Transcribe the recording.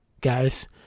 guys